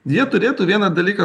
jie turėtų vieną dalyką